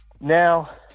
Now